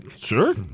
Sure